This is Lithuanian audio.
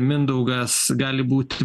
mindaugas gali būti